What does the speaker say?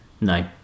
No